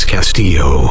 Castillo